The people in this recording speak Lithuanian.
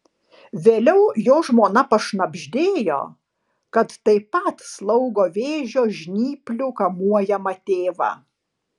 vėliau jo žmona pašnabždėjo kad taip pat slaugo vėžio žnyplių kamuojamą tėvą